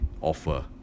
offer